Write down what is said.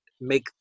make